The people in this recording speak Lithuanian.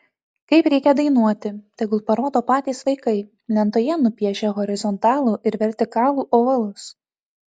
kaip reikia dainuoti tegul parodo patys vaikai lentoje nupiešę horizontalų ir vertikalų ovalus